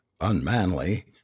unmanly